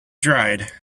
dried